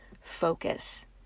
focus